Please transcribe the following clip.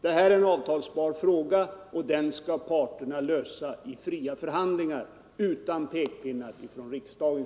Detta är en avtalsbar fråga, och den skall parterna lösa i fria förhandlingar utan pekpinnar från riksdagen.